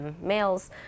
males